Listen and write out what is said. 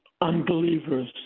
unbelievers